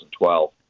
2012